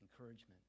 encouragement